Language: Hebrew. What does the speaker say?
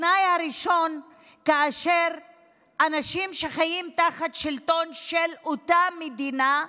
התנאי הראשון הוא שאנשים שחיים תחת שלטון של אותה מדינה,